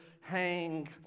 hang